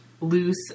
loose